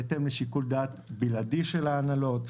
בהתאם לשיקול דעת בלעדי של ההנהלות,